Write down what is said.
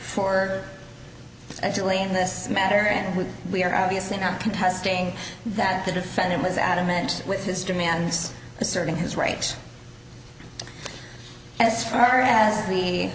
this matter and we are obviously not contesting that the defendant was adamant with his demands for serving his rights as far as the